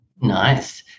Nice